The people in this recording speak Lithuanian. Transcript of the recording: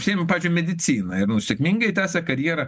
užsiėmė pavyzdžiui medicina ir sėkmingai tęsia karjerą